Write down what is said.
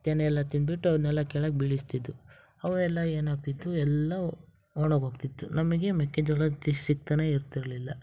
ತೆನೆಯೆಲ್ಲ ತಿಂದ್ಬಿಟ್ಟು ಅವ್ನೆಲ್ಲ ಕೆಳಗೆ ಬೀಳಿಸ್ತಿದ್ದವು ಅವೆಲ್ಲ ಏನು ಆಗ್ತಿತ್ತು ಎಲ್ಲ ಒಣಗಿ ಹೋಗ್ತಿತ್ತು ನಮಗೆ ಮೆಕ್ಕೆಜೋಳದ ಇದು ಸಿಗ್ತಾನೆ ಇರ್ತಿರಲಿಲ್ಲ